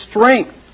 strength